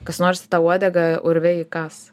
kas nors į tą uodegą urve įkąs